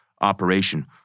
operation